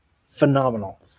Phenomenal